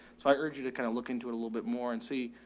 so i urge you to kind of look into it a little bit more and see,